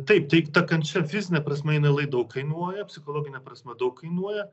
taip tai ta kančia fizine prasme jinai lai daug kainuoja psichologine prasme daug kainuoja